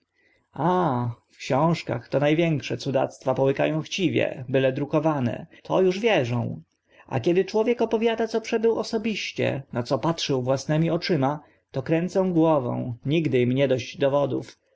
a w książkach to na większe cudactwo połyka ą chciwie byle drukowane to uż wierzą a kiedy człowiek zwierciadlana zagadka opowiada co przebył osobiście na co patrzył własnymi oczami to kręcą głową nigdy im nie dosyć dowodów